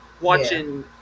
watching